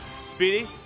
Speedy